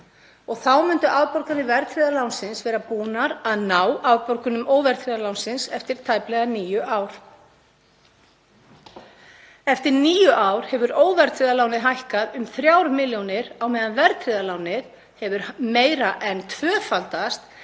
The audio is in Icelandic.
Þá myndu afborganir verðtryggða lánsins vera búnar að ná afborgunum óverðtryggða lánsins eftir tæplega níu ár. Eftir níu ár hefur óverðtryggða lánið hækkað um þrjár milljónir á meðan verðtryggða lánið hefur meira en tvöfaldast,